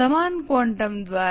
સમાન ક્વોન્ટમ દ્વારા